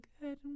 good